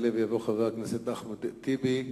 יעלה ויבוא חבר הכנסת אחמד טיבי.